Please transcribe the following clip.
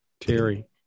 Terry